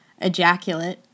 ejaculate